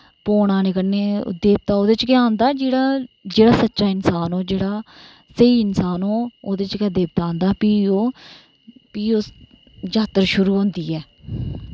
पौन आने कन्ने देवता ओह्दे च आंदा जेह्ड़ा जेह्ड़ा सच्चा इंसान होऐ जेह्ड़ा स्हेई इंसान होऐ ओह्दे च गै देवता आंदा फ्ही ओह् फ्ही उस जात्तर शुरू होंदी ऐ